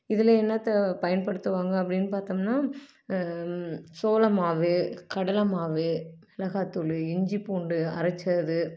இதில் என்னத்த பயன்படுத்துவாங்க அப்படின்னு பார்த்தோம்னா சோளமாவு கடலை மாவு மிளகாத்தூள் இஞ்சிப்பூண்டு அரைச்சது